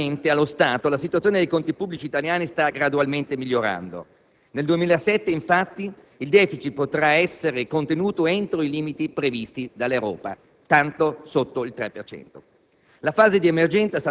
Fortunatamente, allo stato, la situazione dei conti pubblici italiani sta gradualmente migliorando: nel 2007, infatti, il *deficit* potrà essere contenuto entri i limiti previsti dall'Europa, tanto sotto il 3